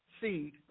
seed